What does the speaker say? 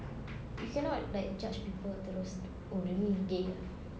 you cannot like judge people terus oh dia ini gay